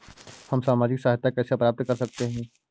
हम सामाजिक सहायता कैसे प्राप्त कर सकते हैं?